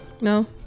No